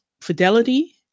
fidelity